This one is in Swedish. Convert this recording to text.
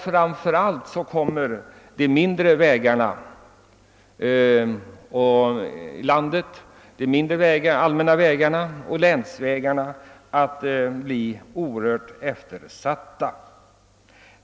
Framför allt kommer de mindre allmänna vägarna och länsvägarna att bli oerhört eftersatta.